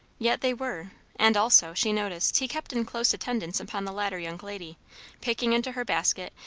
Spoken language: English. yet they were and also, she noticed, he kept in close attendance upon the latter young lady picking into her basket,